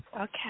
Okay